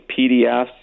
PDFs